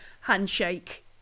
handshake